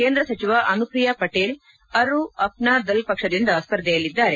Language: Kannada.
ಕೇಂದ್ರ ಸಚಿವ ಅನುಪ್ರಿಯಾ ಪಟೇಲ್ ಅವರು ಅಪ್ನಾ ದಲ್ ಪಕ್ಷದಿಂದ ಸ್ಪರ್ಧೆಯಲ್ಲಿದ್ದಾರೆ